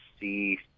see